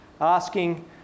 asking